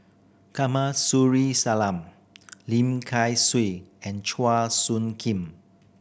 Kamsari Salam Lim Kay Siu and Chua Soo Khim